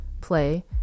play